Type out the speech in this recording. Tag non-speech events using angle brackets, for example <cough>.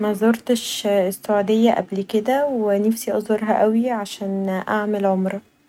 مزورتش السعوديه قبل كدا ونفسي أزورها اوي عشان اعمل عمره <noise>